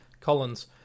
Collins